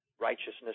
righteousness